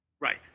Right